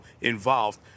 involved